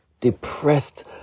Depressed